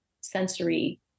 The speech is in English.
sensory